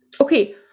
okay